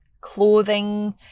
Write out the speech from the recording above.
clothing